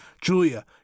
Julia